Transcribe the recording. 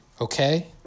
okay